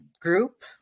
group